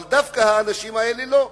אבל דווקא האנשים האלה לא.